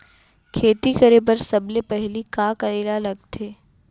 खेती करे बर सबले पहिली का करे ला लगथे?